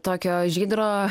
tokio žydro